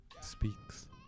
speaks